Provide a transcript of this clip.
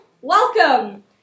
Welcome